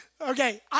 Okay